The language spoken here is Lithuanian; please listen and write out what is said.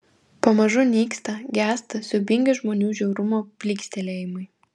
pamažu nyksta gęsta siaubingi žmonių žiaurumo plykstelėjimai